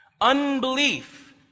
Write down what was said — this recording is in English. Unbelief